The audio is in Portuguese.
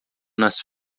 nas